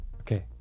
okay